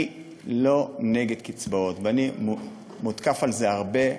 אני לא נגד קצבאות, ואני מותקף על זה הרבה.